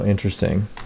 interesting